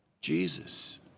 Jesus